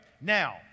Now